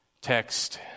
text